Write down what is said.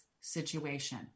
situation